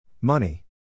Money